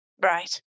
Right